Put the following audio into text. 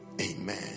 Amen